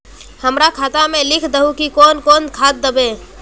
हमरा खाता में लिख दहु की कौन कौन खाद दबे?